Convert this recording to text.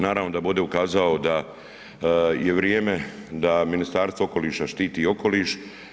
Naravno da bih ovdje ukazao da je vrijeme da Ministarstvo okoliša štiti okoliš.